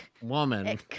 woman